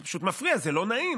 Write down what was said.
זה פשוט מפריע, זה לא נעים.